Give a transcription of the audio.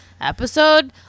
episode